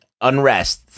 unrest